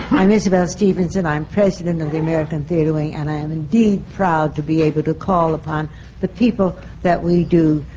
i'm isabelle stevenson. i'm president of the american theatre wing. and i am indeed proud to be able to call upon the people that we do,